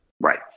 Right